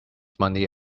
money